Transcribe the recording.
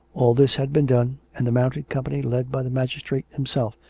all this had been done, and the mounted company, led by the magistrate himself,